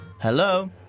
Hello